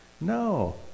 No